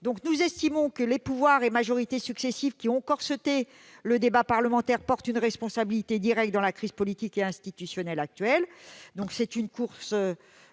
monter. Nous estimons donc que les pouvoirs et majorités successifs ayant corseté le débat parlementaire portent une responsabilité directe dans la crise politique et institutionnelle actuelle. C'est une course